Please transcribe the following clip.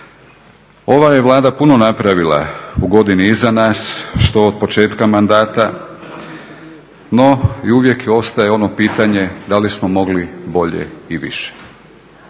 Ova je Vlada puno napravila u godini iza nas, što od početka mandata no i uvijek ostaje ono pitanje da li smo mogli bolje i više.